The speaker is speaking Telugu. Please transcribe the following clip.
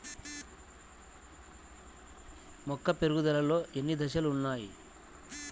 మొక్క పెరుగుదలలో ఎన్ని దశలు వున్నాయి?